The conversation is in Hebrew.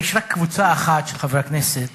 יש רק קבוצה אחת של חברי כנסת